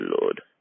Lord